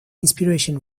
inspiration